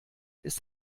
ist